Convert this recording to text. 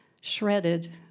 shredded